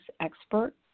expert